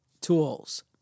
tools